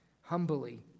humbly